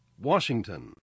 Washington